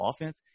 offense